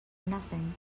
nothing